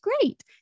Great